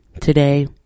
today